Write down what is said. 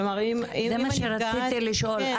כלומר --- זה מה שרציתי לשאול,